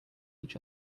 each